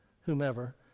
whomever